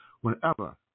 whenever